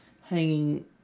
hanging